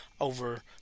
over